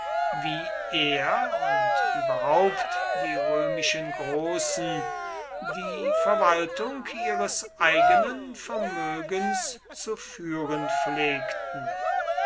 wie er und überhaupt die römischen großen die verwaltung ihres eigenen vermögens zu führen pflegten